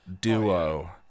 duo